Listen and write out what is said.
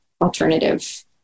alternative